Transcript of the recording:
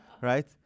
right